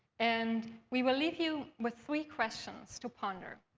and we will leave you with three questions to ponder,